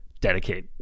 dedicate